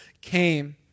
came